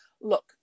look